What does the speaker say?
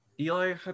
Eli